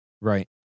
Right